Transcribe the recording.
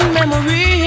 memories